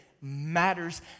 matters